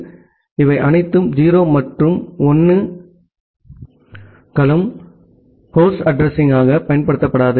எனவே இவை அனைத்தும் 0 மற்றும் அனைத்து 1 களும் ஹோஸ்ட் அட்ரஸிங்யாக பயன்படுத்தப்படாது